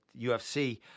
UFC